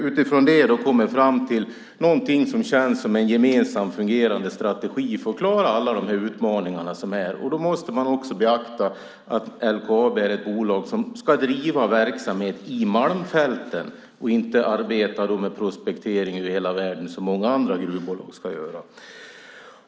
Utifrån detta kommer man fram till någonting som känns som en gemensam fungerande strategi för att klara alla de utmaningar som finns. Då måste man också beakta att LKAB är ett bolag som ska driva verksamhet i Malmfälten och inte arbeta med prospektering över hela världen, som många andra gruvbolag ska göra.